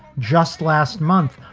just last month,